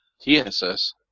TSS